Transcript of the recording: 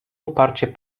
uparcie